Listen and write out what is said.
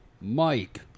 Mike